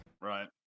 Right